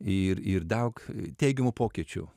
ir ir daug teigiamų pokyčių